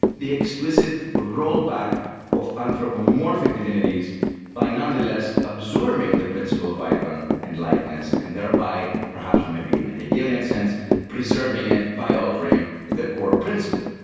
the explicit rollback of anthropomorphic divinities by nonetheless absorbing the principle of icon and likeness and thereby perhaps maybe in a hegelian sense preserving it by altering the core principle.